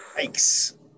yikes